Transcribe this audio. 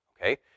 Okay